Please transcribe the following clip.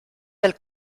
del